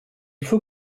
faut